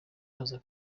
aza